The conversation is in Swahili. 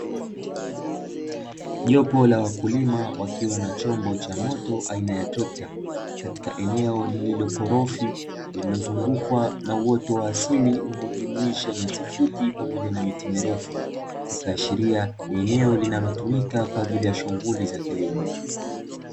Jopo la wakiwa na chombo cha moto aina ya trekta, katika eneo lililokorofi, lililozungukwa na uoto wa asili, unaojumuisha nyasi fupi pamoja na miti mirefu. Ikiashiria ni eneo linalotumika kwa ajili ya shughuli za kilimo.